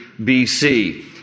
BC